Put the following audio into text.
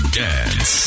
dance